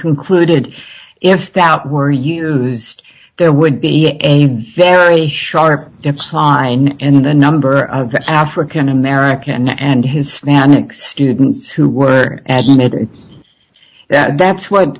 concluded if that out were used there would be a very sharp decline in the number of african american and hispanic students who were at that that's what